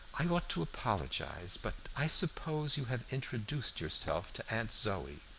i ought to apologize, but i suppose you have introduced yourself to aunt zoe.